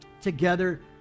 together